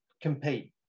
compete